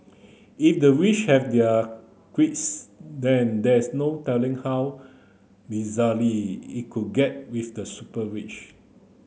if the rich have their quirks then there's no telling how it could get with the super rich